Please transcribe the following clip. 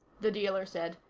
the dealer said.